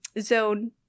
zone